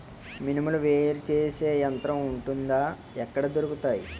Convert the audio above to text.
మినుములు వేరు చేసే యంత్రం వుంటుందా? ఎక్కడ దొరుకుతాయి?